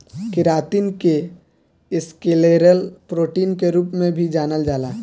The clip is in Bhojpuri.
केरातिन के स्क्लेरल प्रोटीन के रूप में भी जानल जाला